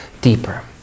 deeper